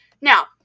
Now